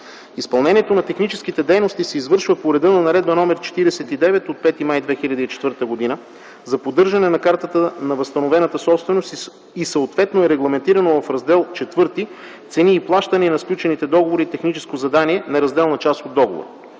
Изпълнението на техническите дейности се извършва по реда на Наредба № 49 от 5 май 2004 г. за поддържане на Картата на възстановената собственост и съответно е регламентирано в Раздел ІV „Цени и плащания на сключените договори и техническо задание”, неразделна част от договора.